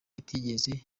itigeze